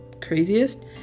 craziest